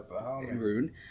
Rune